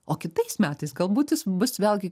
o kitais metais galbūt jis bus vėlgi